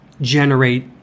generate